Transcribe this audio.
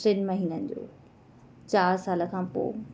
टिनि महिननि जो चारि साल खां पोइ